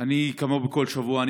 כמו בכל שבוע,